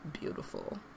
beautiful